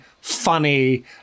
funny